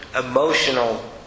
emotional